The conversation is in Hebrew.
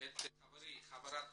חברתי חברת